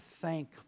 thank